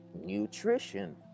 nutrition